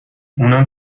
اونم